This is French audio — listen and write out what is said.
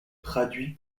traduit